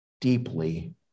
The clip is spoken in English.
deeply